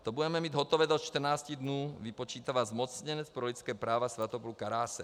To budeme mít hotové do 14 dnů, vypočítává zmocněnec pro lidská práva Svatopluk Karásek.